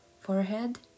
forehead